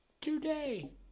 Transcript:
today